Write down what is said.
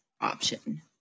option